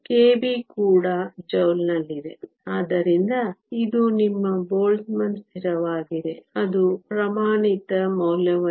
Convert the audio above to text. K B ಕೂಡ ಜೌಲ್ನಲ್ಲಿದೆ ಆದ್ದರಿಂದ ಇದು ನಿಮ್ಮ ಬೋಲ್ಟ್ಜ್ಮನ್ ಸ್ಥಿರವಾಗಿದೆ ಅದು ಪ್ರಮಾಣಿತ ಮೌಲ್ಯವನ್ನು ಹೊಂದಿದೆ